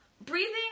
Breathing